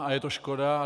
A je to škoda.